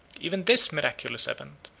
even this miraculous event,